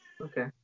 Okay